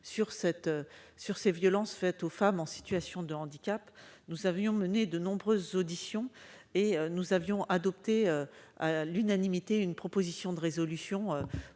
de ces violences faites aux femmes en situation de handicap. Nous avions alors mené de nombreuses auditions et nous avions adopté, à l'unanimité, une proposition de résolution